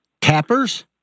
Tappers